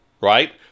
right